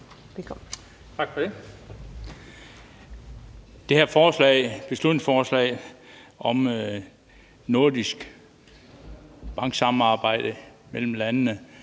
Velkommen.